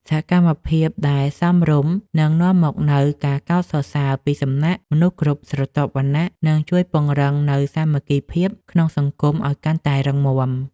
សកម្មភាពដែលសមរម្យនឹងនាំមកនូវការកោតសរសើរពីសំណាក់មនុស្សគ្រប់ស្រទាប់វណ្ណៈនិងជួយពង្រឹងនូវសាមគ្គីភាពក្នុងសង្គមឱ្យកាន់តែរឹងមាំ។